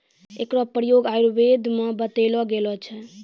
एकरो प्रयोग आयुर्वेद म बतैलो गेलो छै